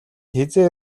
хэзээ